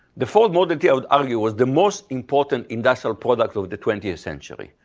the ford model t, i would argue, was the most important industrial product of the twentieth century.